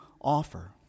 offer